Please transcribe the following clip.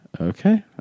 Okay